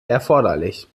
erforderlich